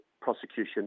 prosecution